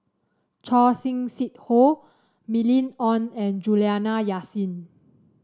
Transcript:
Choor Singh Sidhu Mylene Ong and Juliana Yasin